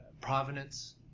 provenance